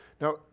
Now